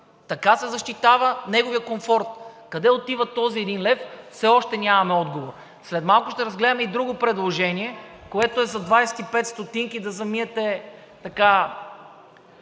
Така се защитава неговият комфорт. Къде отива този един лев – все още нямаме отговор. След малко ще разгледаме и друго предложение, което е за 0,25 ст. – да замиете